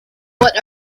what